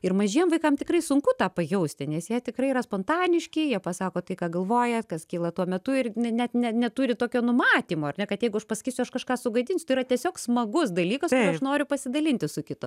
ir mažiem vaikam tikrai sunku tą pajausti nes jie tikrai yra spontaniški jie pasako tai ką galvoja kas kyla tuo metu ir ne ne net neturi tokio numatymo kad jeigu aš pasakysiu aš kažką sugadinsiu yra tiesiog smagus dalykas aš noriu pasidalinti su kitu